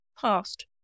past